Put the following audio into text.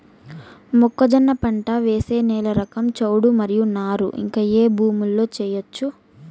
మొక్కజొన్న పంట వేసే నేల రకం చౌడు మరియు నారు ఇంకా ఏ భూముల్లో చేయొచ్చు?